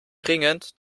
ringend